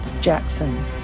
Jackson